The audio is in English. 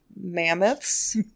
mammoths